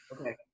okay